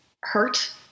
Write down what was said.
hurt